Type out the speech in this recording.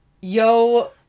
Yo